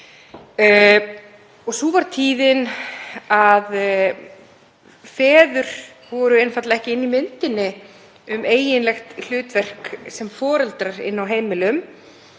Sú var tíðin að feður voru einfaldlega ekki inni í myndinni varðandi eiginlegt hlutverk sem foreldrar inni á heimilum,